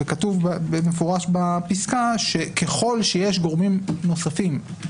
כתוב ומפורש בפסקה שככל שיש גורמים נוספים,